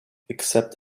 except